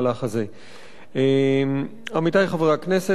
עמיתי חברי הכנסת, החוק הוא חוק נכון,